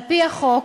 על-פי החוק,